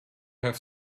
have